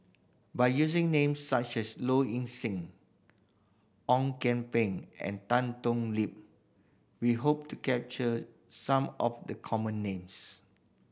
by using names such as Low Ing Sing Ong Kian Peng and Tan Thoon Lip we hope to capture some of the common names